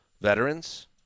veterans